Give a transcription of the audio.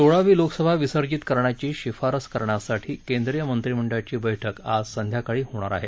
सोळावी लोकसभा विसर्जित करण्याची शिफारस करण्यासाठी केंद्रिय मंत्रिमंडळाची बैठक आज संध्याकाळी होणार आहे